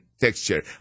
texture